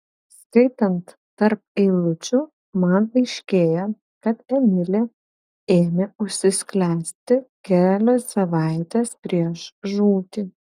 skaitant tarp eilučių man aiškėja kad emilė ėmė užsisklęsti kelios savaitės prieš žūtį